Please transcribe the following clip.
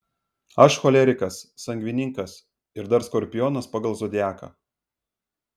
aš cholerikas sangvinikas ir dar skorpionas pagal zodiaką